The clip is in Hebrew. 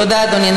תודה, אדוני.